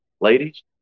Ladies